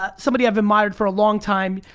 ah somebody i've admired for a long time,